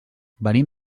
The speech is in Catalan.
venim